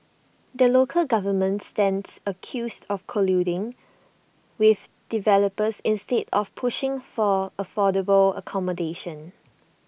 the local government stands accused of colluding with developers instead of pushing for affordable accommodation